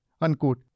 Unquote